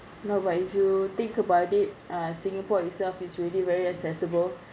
no but if you think about it uh singapore itself is really very accessible